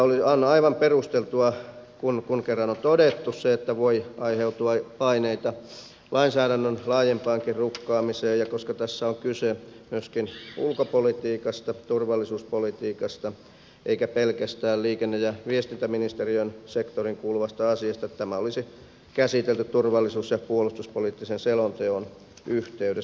on aivan perusteltua kun kerran on todettu se että voi aiheutua paineita lainsäädännön laajempaankin rukkaamiseen ja koska tässä on kyse myöskin ulkopolitiikasta turvallisuuspolitiikasta eikä pelkästään liikenne ja viestintäministeriön sektoriin kuuluvasta asiasta että tämä olisi käsitelty tuvallisuus ja puolustuspoliittisen selonteon yhteydessä